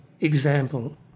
Example